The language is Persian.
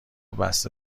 بسته